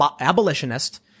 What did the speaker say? abolitionist